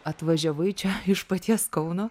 atvažiavai čia iš paties kauno